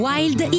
Wild